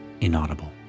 inaudible